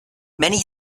many